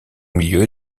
milieu